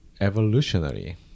Evolutionary